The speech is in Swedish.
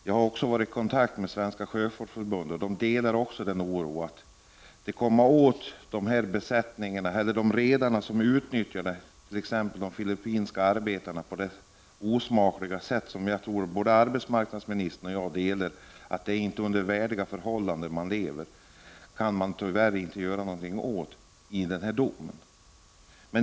Jag har också varit i kontakt med Svenska sjöfolksförbundet, som delar oron för att det blir svårt att komma åt de redare som utnyttjar t.ex. filippinska arbetare på ett osmakligt sätt. Jag tror att både arbetsmarknadsministern och jag uppfattar förhållandena som ovärdiga. Enligt den här domen kan man tyvärr inte göra någonting åt det.